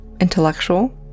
intellectual